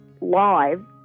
live